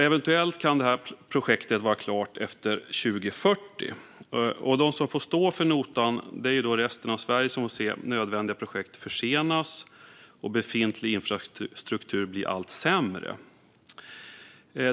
Eventuellt kan detta projekt vara klart efter 2040. De som får stå för notan är resten av Sverige, som får se nödvändiga projekt försenas och befintlig infrastruktur bli allt sämre.